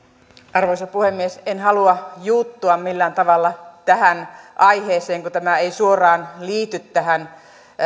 arvoisa puhemies en halua juuttua millään tavalla tähän aiheeseen kun se päätöksentekoprosessi ei suoraan liity tähän